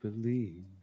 believe